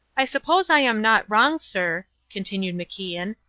i suppose i am not wrong, sir, continued macian,